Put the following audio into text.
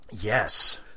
Yes